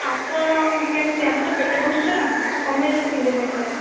ଆପଣ କେମିତି ଆମେ ତ ପେଟ ପୋଷୁଛୁ ନା ଆଉ କମେଇଦେବୁ କେମତି ପଇସାଟା